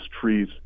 trees